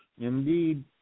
Indeed